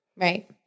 right